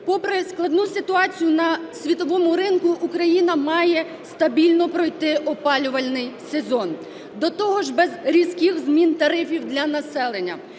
Попри складну ситуацію на світовому ринку Україна має стабільно пройти опалювальний сезон, до того ж без різких змін тарифів для населення.